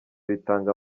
bitanga